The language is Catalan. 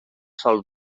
sòl